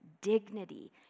dignity